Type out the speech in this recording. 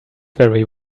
very